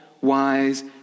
wise